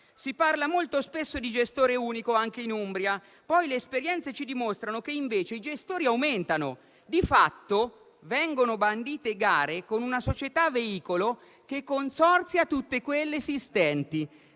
«Si parla molto spesso di gestore unico anche in Umbria, poi le esperienze ci dimostrano che, invece, i gestori aumentano. Di fatto, vengono bandite gare con una società veicolo che consorzia tutte quelle esistenti.